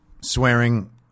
swearing